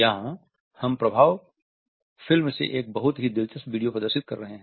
यहां हम प्रभाव फिल्म से एक बहुत ही दिलचस्प वीडियो प्रदर्शित कर रहे हैं